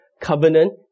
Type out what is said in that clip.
covenant